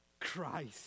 Christ